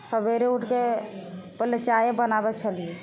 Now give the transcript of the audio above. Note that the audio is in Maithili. सवेरे उठिके पहिले चाइए बनाबै छली